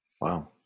Wow